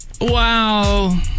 Wow